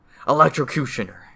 Electrocutioner